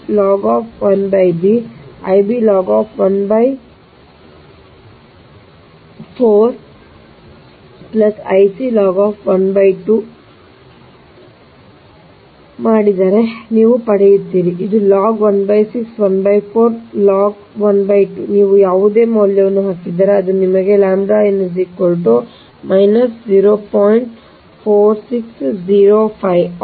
ಈ ಒಂದು log 1 6 log 1 4 log 1 2 ನೀವು ಯಾವುದೇ ಮೌಲ್ಯವನ್ನು ಹಾಕಿದರೆ ಅದು ನಿಮಗೆ ಸಿಗುತ್ತದೆ